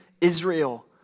Israel